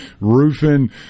roofing